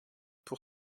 pour